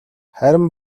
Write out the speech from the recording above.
харин